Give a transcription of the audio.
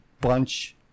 bunch